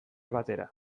batera